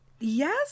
Yes